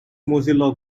mozilla